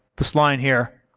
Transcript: this line here,